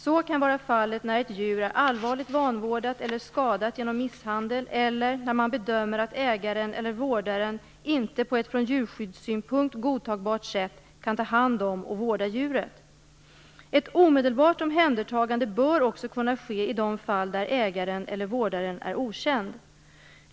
Så kan vara fallet när ett djur är allvarligt vanvårdat eller skadat genom misshandel eller när man bedömer att ägaren eller vårdaren inte på ett från djurskyddssynpunkt godtagbart sätt kan ta hand om och vårda djuret. Ett omedelbart omhändertagande bör också kunna ske i de fall där ägaren eller vårdaren är okänd.